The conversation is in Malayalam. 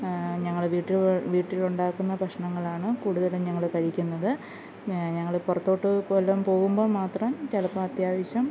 ഞങ്ങളുടെ വീട്ട് വീട്ടിലുണ്ടാക്കുന്ന ഭഷ്ണങ്ങളാണ് കൂടുതലും ഞങ്ങൾ കഴിക്കുന്നത് ഞങ്ങൾ പുറത്തോട്ടു വല്ലതും പോവുമ്പം മാത്രം ചിലപ്പം അത്യാവശ്യം